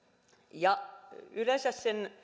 ja yleensä